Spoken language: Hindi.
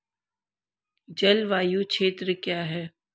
जलवायु क्षेत्र क्या है?